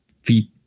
feet